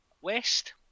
West